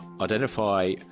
identify